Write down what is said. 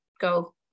go